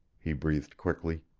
he breathed quickly.